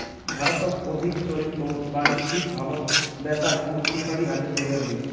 ভারতত অধিক চৈল ও বাণিজ্যিকভাবত ব্যাচা গুড় কুশারি হাতে তৈয়ার হই